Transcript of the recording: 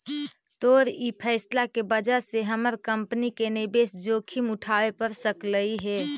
तोर ई फैसला के वजह से हमर कंपनी के निवेश जोखिम उठाबे पड़ सकलई हे